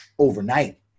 Overnight